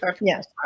Yes